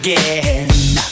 Again